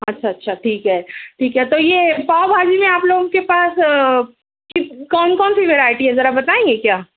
اچھا اچھا ٹھیک ہے ٹھیک ہے تو یہ پاؤ بھاجی میں آپ لوگوں کے پاس کون کون سی ورائٹی ہے ذرا بتائیں گے کیا